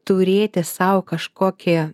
turėti sau kažkokį